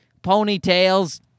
ponytails